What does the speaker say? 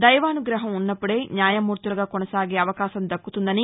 దైవానుగ్రహం ఉన్నపుడే న్యాయమూర్తులుగా కొనసాగే అవకాశం దక్కుతుందని